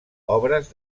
obres